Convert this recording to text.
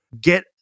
Get